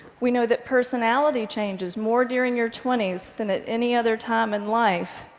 we know that personality changes more during your twenty s than at any other time in life,